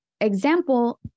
example